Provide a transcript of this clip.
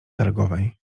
targowej